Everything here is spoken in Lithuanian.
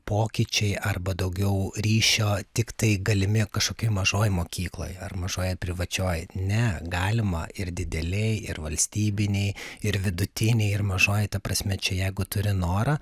pokyčiai arba daugiau ryšio tiktai galimi kažkokioj mažoj mokykloj ar mažoje privačioj ne galima ir didelėj ir valstybinėj ir vidutinėj ir mažoj ta prasme čia jeigu turi norą